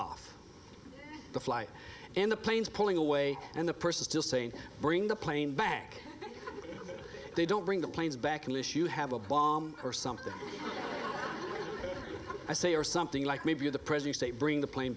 off the flight and the plane's pulling away and the person still saying bring the plane back they don't bring the planes back unless you have a bomb or something i say or something like maybe of the present state bring the plane